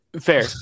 Fair